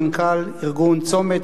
מנכ"ל ארגון "צומת",